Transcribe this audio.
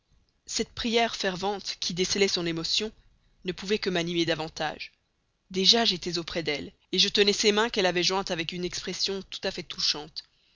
cette prière fervente qui décelait son émotion ne pouvait que m'animer davantage déjà j'étais auprès d'elle je tenais ses mains qu'elle avait jointes avec une expression tout à fait touchante